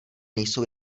nejsou